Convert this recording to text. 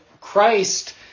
Christ